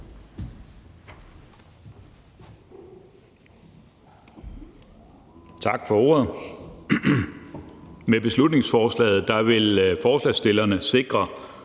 Tak for ordet. Med beslutningsforslaget vil forslagsstillerne sikre,